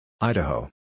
Idaho